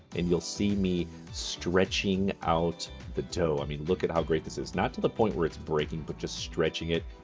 and you'll see me stretching out the dough. i mean, look at how great this is. not to the point where it's breaking, but just stretching it,